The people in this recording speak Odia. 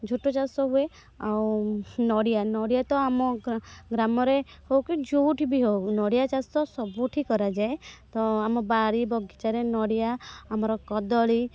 ଝୋଟ ଚାଷ ହୁଏ ଆଉ ନଡ଼ିଆ ନଡ଼ିଆ ତ ଆମ ଗ୍ରାମରେ ହେଉକି ଯେଉଁଠି ବି ହେଉ ନଡ଼ିଆ ଚାଷ ସବୁଠି କରାଯାଏ ତ ଆମ ବାଡ଼ି ବଗିଚାରେ ନଡ଼ିଆ ଆମର କଦଳୀ